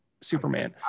Superman